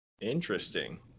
Interesting